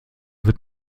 wird